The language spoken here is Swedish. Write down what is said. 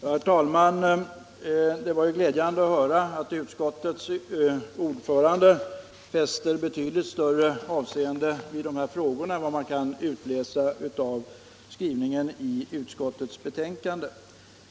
Herr talman! Det var glädjande att höra att utskottets ordförande fäster betydligt större avseende vid arbetslivsforskningen än vad man kan utläsa av skrivningen i utskottets betänkande.